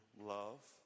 love